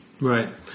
Right